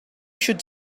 should